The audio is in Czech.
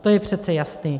To je přece jasný.